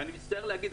ואני מצטער להגיד,